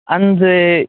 ಅಂದರೆ